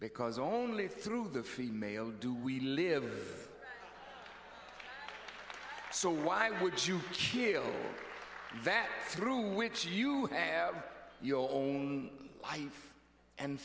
because only through the female do we live so why would you kill that through which you have your own life and